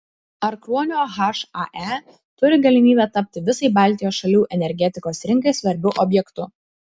ar kruonio hae turi galimybę tapti visai baltijos šalių energetikos rinkai svarbiu objektu